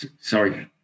Sorry